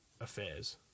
affairs